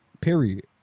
period